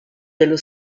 dello